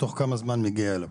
תוך כמה זמן מגיעים אליו.